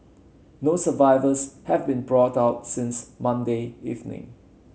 no survivors have been brought out since Monday evening